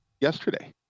yesterday